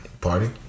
party